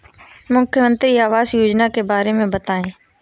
मुख्यमंत्री आवास योजना के बारे में बताए?